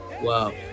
wow